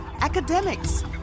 academics